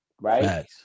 Right